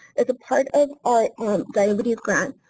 as a part of our um diabetes grant,